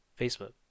facebook